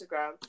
Instagram